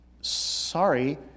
sorry